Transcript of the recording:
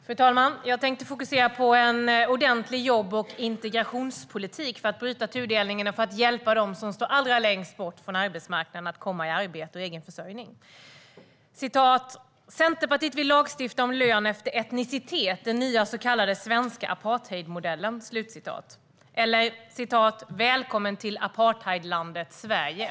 Fru talman! Jag tänkte fokusera på en ordentlig jobb och integrationspolitik för att bryta tudelningen och för att hjälpa dem som står allra längst bort från arbetsmarknaden att komma i arbete och egen försörjning. Här är ett citat: "Centerpartiet vill lagstifta om lön efter etnicitet, den nya så kallade svenska apartheidmodellen." Här är ett annat citat: "Välkommen till apartheidlandet Sverige."